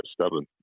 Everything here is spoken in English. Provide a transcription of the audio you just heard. stubborn